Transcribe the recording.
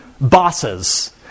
bosses